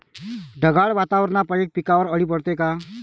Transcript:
ढगाळ वातावरनापाई पिकावर अळी पडते का?